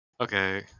Okay